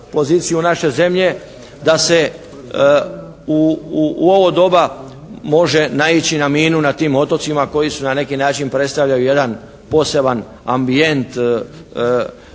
naše zemlje da se u ovo doba može naići na minu na tim otocima koji su na neki način predstavljaju jedan poseban ambijent